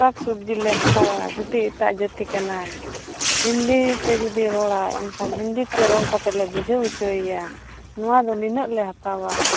ᱥᱟᱠᱼᱥᱚᱵᱽᱡᱤᱞᱮ ᱦᱟᱛᱟᱣᱟ ᱡᱩᱫᱤ ᱮᱴᱟᱜ ᱡᱟᱹᱛᱤ ᱠᱟᱱᱟᱭ ᱦᱤᱱᱫᱤᱛᱮ ᱡᱩᱫᱤ ᱨᱚᱲᱟᱭ ᱮᱱᱠᱷᱟᱱ ᱦᱤᱱᱫᱤᱛᱮ ᱨᱚᱲ ᱠᱟᱛᱮᱫᱼᱞᱮ ᱵᱩᱡᱷᱟᱹᱣ ᱦᱚᱪᱚᱭᱮᱭᱟ ᱱᱚᱣᱟ ᱫᱚ ᱱᱤᱱᱟᱹᱜ ᱞᱮ ᱦᱟᱛᱟᱣᱟ